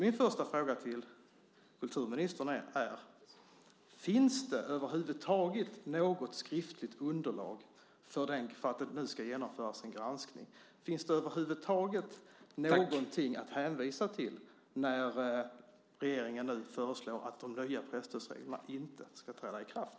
Mina första frågor till kulturministern är: Finns det över huvud taget något skriftligt underlag för att det nu ska genomföras en granskning? Finns det över huvud taget någonting att hänvisa till när regeringen nu föreslår att de nya presstödsreglerna inte ska träda i kraft?